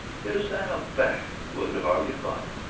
is that a fact! wouldn't hardly a thought it!